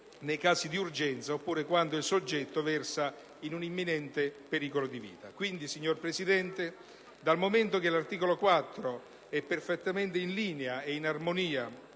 nei casi di urgenza oppure quando il soggetto versa in un imminente pericolo di vita. Quindi, signor Presidente, dal momento che l'articolo 4 è perfettamente in linea e in armonia